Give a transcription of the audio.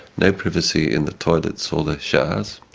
no privacy in the toilets or the showers,